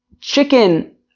chicken